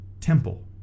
temple